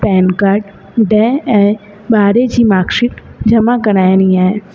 pen card ॾह ऐं ॿारहं जी माकशीट जमा कराइणी आहे